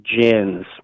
gins